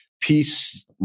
peace